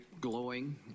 glowing